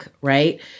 right